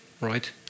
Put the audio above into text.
Right